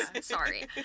Sorry